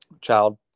child